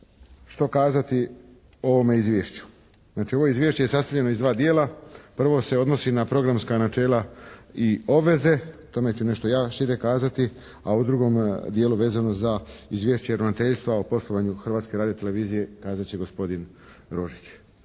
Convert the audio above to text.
što kazati o ovome izvješću? Znači ovo izvješće je sastavljeno iz dva dijela. Prvo se odnosi na programska načela i obveze. O tome ću nešto ja šire kazati, a u drugom dijelu vezano za izvješće ravnateljstva o poslovanju Hrvatske radio-televizije kazat će gospodin Rožić.